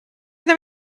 them